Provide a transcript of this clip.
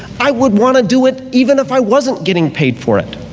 i would want to do it even if i wasn't getting paid for it.